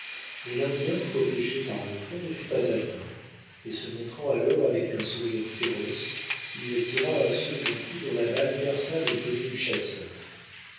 mais l'indien protégé par le tronc ne fut pas atteint et se montrant alors avec un sourire féroce il tira un second coup dont la balle perça le bonnet du chasseur